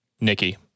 Nikki